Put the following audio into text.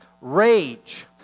Rage